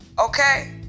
okay